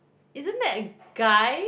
isn't that a guy